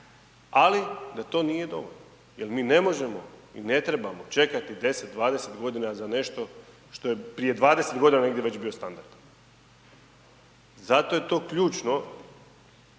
ali da to nije dobro jer mi ne možemo i ne trebamo čekati 10, 20 godina za nešto što je prije 20 godina negdje već bio standard. Zato je to ključno